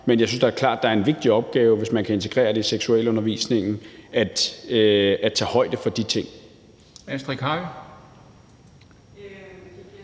men jeg synes da klart, at der er en vigtig opgave i, hvis man kan integrere det i seksualundervisningen, at tage højde for de ting.